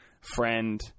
friend